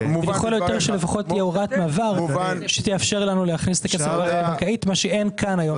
ולכל הפחות שתהיה הוראת מעבר שתאפשר לנו ל- -- -מה שאין כאן היום.